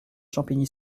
champigny